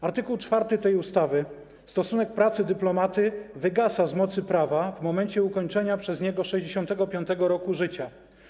Art. 4 tej ustawy: stosunek pracy dyplomaty wygasa z mocy prawa w momencie ukończenia przez niego 65. roku życia.